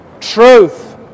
truth